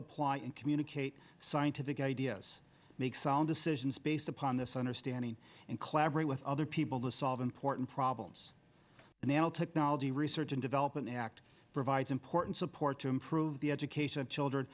apply and communicate scientific ideas make sound decisions based upon this understanding and collaborate with other people to solve important problems and they all technology research and development act provides important support to improve the education of children